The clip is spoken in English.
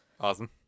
Awesome